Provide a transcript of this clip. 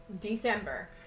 December